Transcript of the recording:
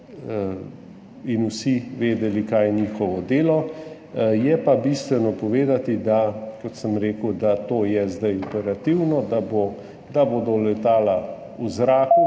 vsi vedeli, kaj je njihovo delo. Je pa bistveno povedati, kot sem rekel, da je to zdaj operativno, da bodo letala v zraku,